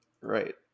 Right